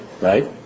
right